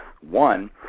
One